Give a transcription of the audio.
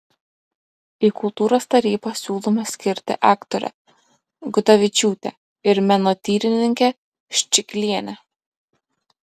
į kultūros tarybą siūloma skirti aktorę gudavičiūtę ir menotyrininkę ščiglienę